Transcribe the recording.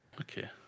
Okay